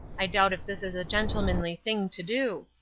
i doubt if this is a gentlemanly thing to do.